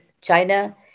China